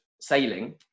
sailing